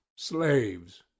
slaves